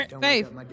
Faith